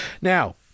Now